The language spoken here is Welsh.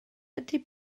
ydy